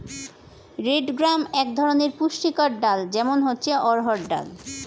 red gram এক ধরনের পুষ্টিকর ডাল, যেমন হচ্ছে অড়হর ডাল